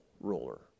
ruler